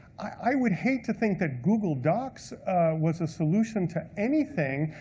i would hate to think that google docs was a solution to anything,